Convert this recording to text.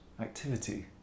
activity